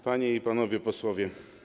Panie i Panowie Posłowie!